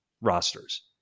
rosters